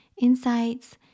insights